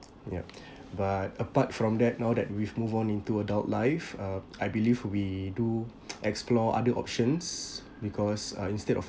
yup but apart from that now that we've move on into adult life uh I believe we do explore other options because uh instead of